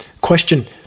Question